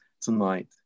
tonight